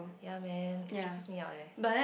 ya man it stresses me out leh